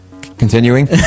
Continuing